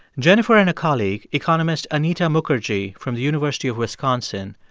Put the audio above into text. jennifer and a colleague, economist anita mukherjee from the university of wisconsin,